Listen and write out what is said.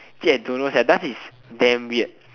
actually I don't know sia dance is damn weird